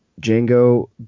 Django